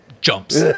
jumps